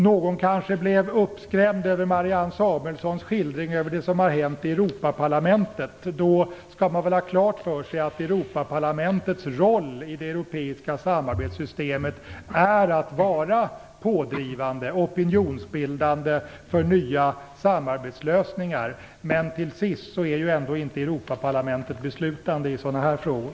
Någon kanske blev uppskrämd över Marianne Samuelssons skildring över det som har hänt i Europaparlamentet. Man skall ha klart för sig att Europaparlamentets roll i det europeiska samarbetssystemet är att vara pådrivande och opinionsbildande vad gäller nya samarbetslösningar. Men till sist är ändå inte Europaparlamentet beslutande i sådana frågor.